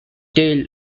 tail